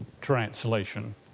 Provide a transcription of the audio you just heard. translation